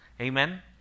Amen